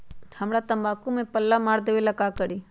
हमरा तंबाकू में पल्ला मार देलक ये ला का करी?